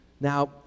Now